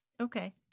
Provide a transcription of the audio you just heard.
Okay